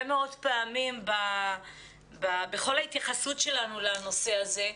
מאוד פעמים בכל ההתייחסות שלנו לנושא הזה.